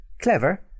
Clever